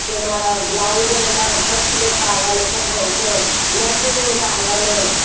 कंहिं महिल ब्लाउज़ एॾा कट स्लिप था हलनि हिक खां हिकु नेटिन में था हलनि